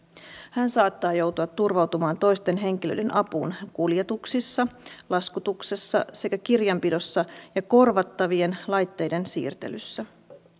hän saattaa joutua turvautumaan toisten henkilöiden apuun kuljetuksissa laskutuksessa sekä kirjanpidossa ja korvattavien laitteiden siirtelyssä